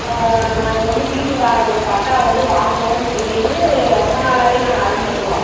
நாங்கள் வந்து வீட்டுக்கான ஒரு பட்டா வந்து வாங்கணுன்னு சொல்லிவிட்டு ரொம்ப நாளாகவே நாங்கள் அலைஞ்கிட்ருக்குறோம்